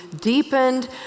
deepened